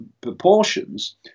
proportions